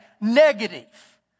negative